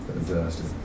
Fantastic